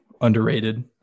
underrated